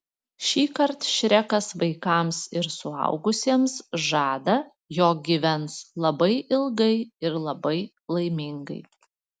šįkart šrekas vaikams ir suaugusiems žada jog gyvens labai ilgai ir labai laimingai